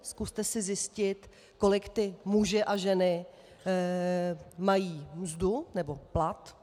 Zkuste si zjistit, kolik ti muži a ty ženy mají mzdu nebo plat.